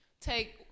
take